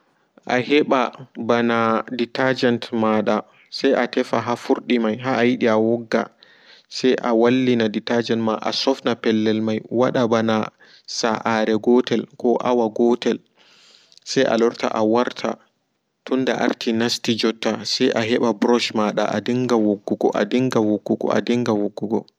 A heɓa ɓana detergent mada se atefa haa vurdi mai ha ayidi awogga se awallina detergent ma asofna pellel mai wada ɓana sa'are gotel ko awa gotel se alorta awarta tunda arti nasti jottakam se aheɓa ɓrush ma adinga woggugo.